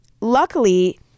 Luckily